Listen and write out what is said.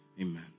Amen